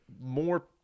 more